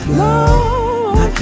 love